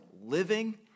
living